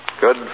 Good